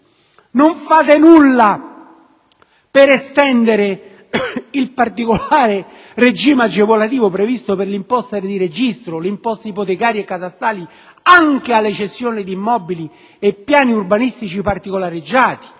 Non fate nulla per estendere il particolare regime agevolativo previsto per l'imposta di registro, le imposte ipotecarie e catastali anche alle cessioni di immobili e piani urbanistici particolareggiati